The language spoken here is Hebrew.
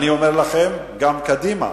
אני אומר לכם, גם קדימה,